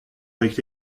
avec